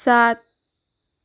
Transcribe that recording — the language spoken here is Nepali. सात